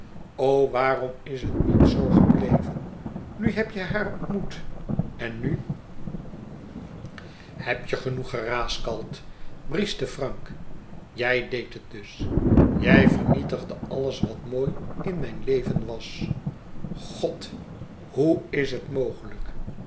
o waarom is het niet zoo gebleven nu heb je haar ontmoet en nu heb je genoeg geraaskald brieschte frank jij deed het dus jij vernietigde alles wat mooi in mijn leven was god hoe is het mogelijk